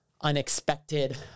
unexpected